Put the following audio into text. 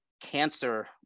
cancer